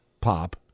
pop